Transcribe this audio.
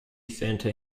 center